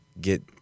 get